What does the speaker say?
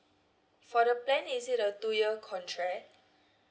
for the plan is it a two year contract